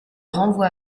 renvoie